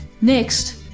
Next